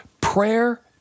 Prayer